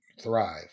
thrive